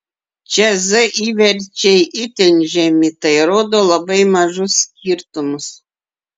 čia z įverčiai itin žemi tai rodo labai mažus skirtumus